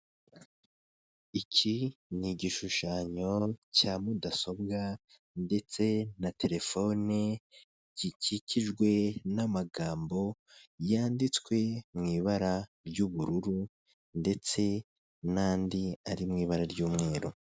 Iki ni igishushanyo cya mudasobwa ndetse na telefone gikikijwe n'amagambo yanditswe mw'ibara ry'ubururu ndetse n'andi ari mu ibara ry'umweru.